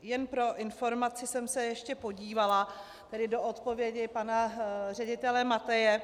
Jen pro informaci jsem se ještě podívala do odpovědi pana ředitele Mateje.